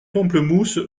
pamplemousses